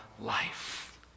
life